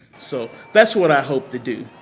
so, that's what i hope to do.